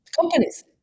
companies